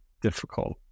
difficult